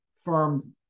firm's